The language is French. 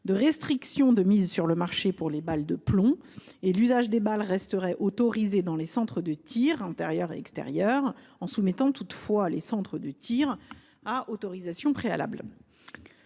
de restriction de mise sur le marché pour les balles de plomb. L’usage des balles resterait autorisé dans les centres de tir, intérieurs comme extérieurs – ceux ci seraient toutefois soumis à autorisation préalable.